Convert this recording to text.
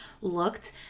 looked